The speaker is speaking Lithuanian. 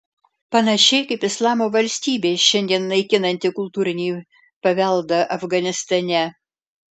panašiai kaip islamo valstybė šiandien naikinanti kultūrinį paveldą afganistane